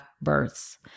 births